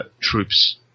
troops